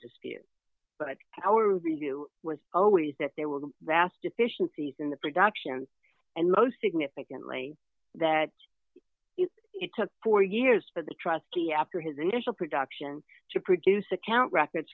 dispute but our review was always that there were ras deficiencies in the productions and most significantly that it took four years for the trustee after his initial production to produce account records